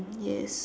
yes